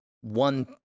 one